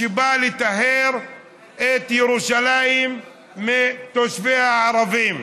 שבא לטהר את ירושלים מתושביה הערבים.